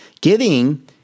Giving